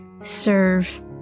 serve